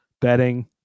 betting